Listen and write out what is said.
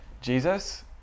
Jesus